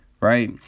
right